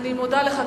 אני מודה לך,